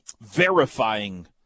verifying